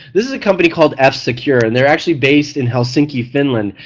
this is a company called f-secure and they're actually based in helsinki, finland.